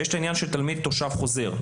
ויש את העניין של תלמיד שהוא תושב חוזר.